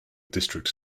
district